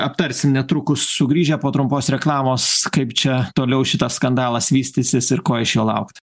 aptarsim netrukus sugrįžę po trumpos reklamos kaip čia toliau šitas skandalas vystysis ir ko iš jo laukti